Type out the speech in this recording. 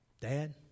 Dad